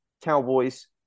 Cowboys